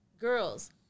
girls